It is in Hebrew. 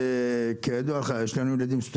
היושב-ראש, כידוע לך, יש לנו ילדים שהם סטודנטים,